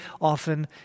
often